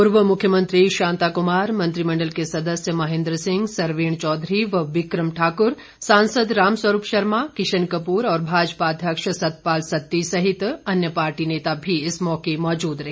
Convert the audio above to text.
पूर्व मुख्यमंत्री शांता कुमार मंत्रिमंडल के सदस्य महेंद्र सिंह सरवीण चौधरी व बिक्रम ठाकुर सांसद रामस्वरूप शर्मा किशन कपूर और भाजपा अध्यक्ष सतपाल सत्ती सहित अन्य पार्टी नेता भी इस मौके मौजूद रहे